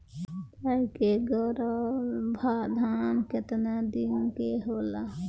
गाय के गरभाधान केतना दिन के होला?